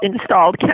installed